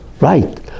Right